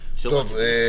רוצה